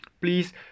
please